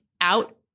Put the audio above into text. out